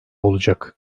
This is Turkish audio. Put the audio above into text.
olacak